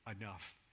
enough